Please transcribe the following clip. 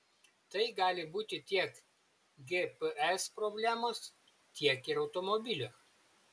tai gali būti tiek gps problemos tiek ir automobilio